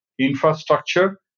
infrastructure